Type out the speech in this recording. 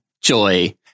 Joy